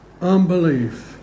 unbelief